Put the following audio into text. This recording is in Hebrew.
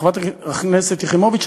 חברת הכנסת יחימוביץ,